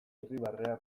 irribarrea